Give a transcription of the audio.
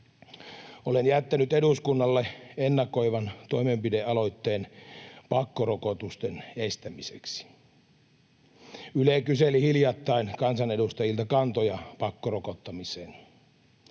Olen jättänyt eduskunnalle ennakoivan toimenpidealoitteen pakkorokotusten estämiseksi. Yle kyseli hiljattain kansanedustajilta kantoja pakkorokottamiseen.